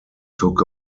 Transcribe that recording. took